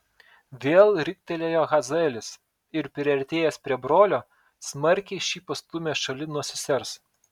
vėl riktelėjo hazaelis ir priartėjęs prie brolio smarkiai šį pastūmė šalin nuo sesers